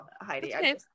Heidi